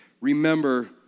Remember